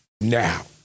now